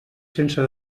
sense